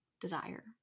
desire